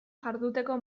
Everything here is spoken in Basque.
jarduteko